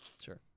Sure